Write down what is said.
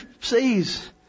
sees